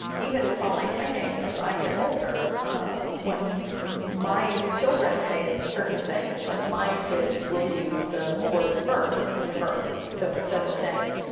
even with all my training, as i get older when my children say certain things like my kids will use the word vers as a verb. so instead of saying!